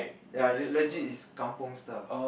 ya le~ legit is kampung style